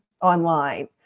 online